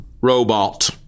Robot